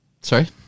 Sorry